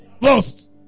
lost